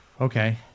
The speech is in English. Okay